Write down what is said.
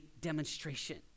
demonstration